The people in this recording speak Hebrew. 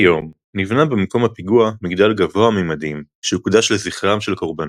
כיום נבנה במקום הפיגוע מגדל גבוה ממדים שהוקדש לזכרם של הקורבנות.